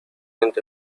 end